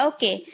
Okay